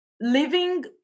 Living